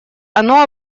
оно